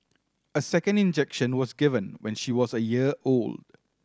a second injection was given when she was a year old